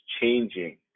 changing